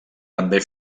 també